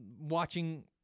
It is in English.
watching